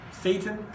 Satan